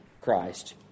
Christ